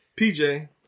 PJ